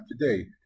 today